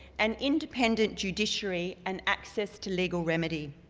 an independent judiciary and access to legal remedy.